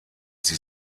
sie